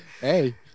Hey